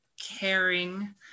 caring